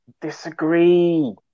Disagree